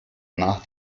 nach